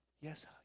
Yes